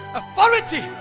authority